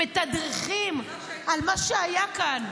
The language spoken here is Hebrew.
מתדרכים על מה שהיה כאן,